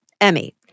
Emmy